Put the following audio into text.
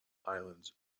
islands